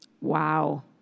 Wow